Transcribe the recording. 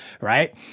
Right